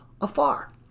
afar